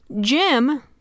Jim